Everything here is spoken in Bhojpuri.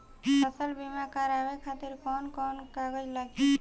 फसल बीमा करावे खातिर कवन कवन कागज लगी?